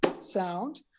sound